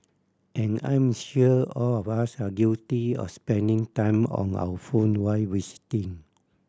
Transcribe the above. and I'm sure all of us are guilty of spending time on our phone while visiting